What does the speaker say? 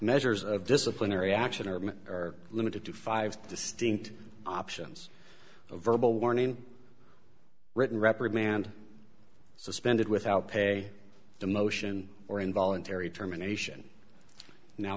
measures of disciplinary action or are limited to five distinct options a verbal warning written reprimand suspended without pay demotion or involuntary terminations now